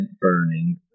burning